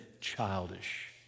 childish